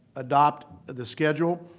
adopt the schedule.